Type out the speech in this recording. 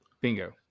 Bingo